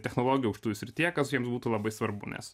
technologijų srityje kas jiems būtų labai svarbu nes